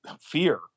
fear